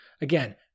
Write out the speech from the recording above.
Again